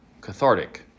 cathartic